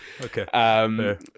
Okay